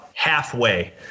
halfway